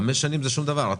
חמש שנים זה שום דבר.